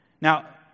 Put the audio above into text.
Now